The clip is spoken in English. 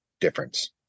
difference